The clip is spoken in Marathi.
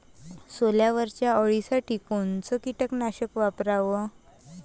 सोल्यावरच्या अळीसाठी कोनतं कीटकनाशक वापराव?